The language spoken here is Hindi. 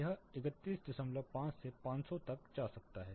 यह 315 से 500 तक जा सकता है